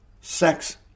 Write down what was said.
sex